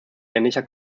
ähnlicher